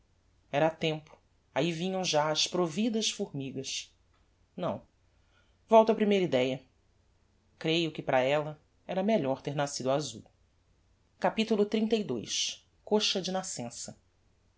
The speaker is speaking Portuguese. era tempo ahi vinham já as providas formigas não volto á primeira idéa creio que para ella era melhor ter nascido azul capitulo xxxii coxa de nascença